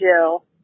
Jill